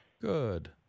Good